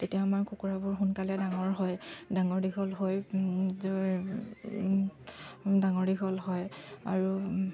তেতিয়া আমাৰ কুকুৰাবোৰ সোনকালে ডাঙৰ হয় ডাঙৰো দীঘল হৈ ডাঙৰ দীঘল হয় আৰু